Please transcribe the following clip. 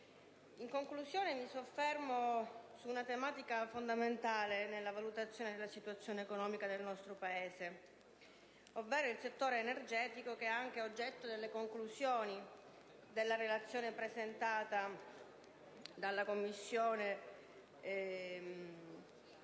vorrei soffermarmi su una tematica fondamentale nella valutazione della situazione economica del nostro Paese, ovvero il settore energetico, che è anche oggetto delle conclusioni della relazione presentata dalla Commissione.